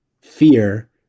fear